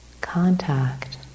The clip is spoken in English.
contact